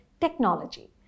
technology